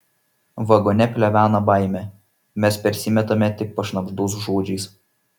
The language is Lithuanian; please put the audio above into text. vagone plevena baimė mes persimetame tik pašnabždos žodžiais